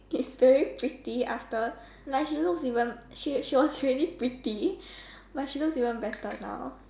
she's really pretty after now she looks even she she was really pretty but she looks even better now